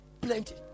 Plenty